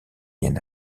moyen